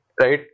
right